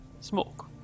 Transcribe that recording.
Smoke